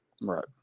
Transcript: Right